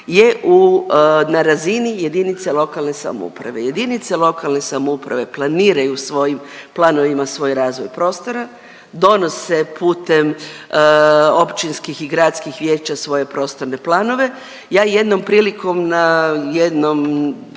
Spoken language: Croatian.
je na razini jedinice lokalne samouprave. Jedinice lokalne samouprave planiraju svojim planovima svoj razvoj prostora, donose putem općinskih i gradskih vijeća svoje prostorne planove. Ja jednom prilikom na jednom,